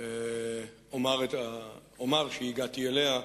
אומר שהגעתי אליה.